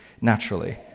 naturally